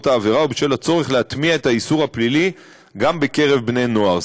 העבירה ובשל הצורך להטמיע את האיסור הפלילי גם בקרב בני-נוער.